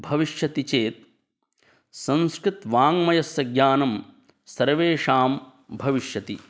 भविष्यति चेत् संस्कृतवाङ्मयस्य ज्ञानं सर्वेषां भविष्यति